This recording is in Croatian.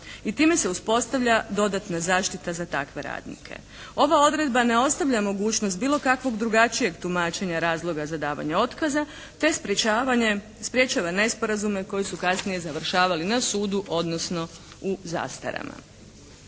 i time se uspostavlja dodatna zaštita za takve radnike. Ova odredba ne ostavlja mogućnost bilo kakvog drugačijeg tumačenja razloga za davanje otkaza te sprječava nesporazume koji su kasnije završavali na sudu odnosno u zastarama.